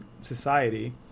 society